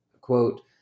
quote